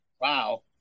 wow